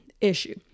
issue